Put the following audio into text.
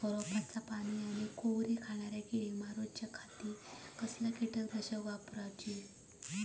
रोपाची पाना आनी कोवरी खाणाऱ्या किडीक मारूच्या खाती कसला किटकनाशक वापरावे?